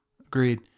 Agreed